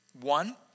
One